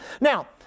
Now